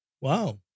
Wow